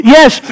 Yes